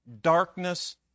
darkness